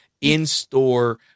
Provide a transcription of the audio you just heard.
in-store